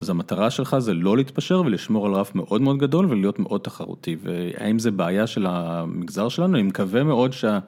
אז המטרה שלך זה לא להתפשר ולשמור על רף מאוד מאוד גדול ולהיות מאוד תחרותי, והאם זה בעיה של המגזר שלנו? אני מקווה מאוד שה...